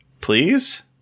Please